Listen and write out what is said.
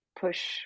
push